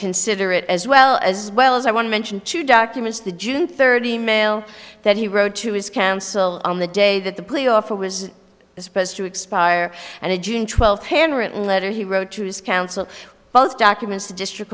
consider it as well as well as i want to mention to documents the june third e mail that he wrote to his counsel on the day that the plea offer was supposed to expire and in june twelfth handwritten letter he wrote to his counsel false documents the district